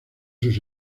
sus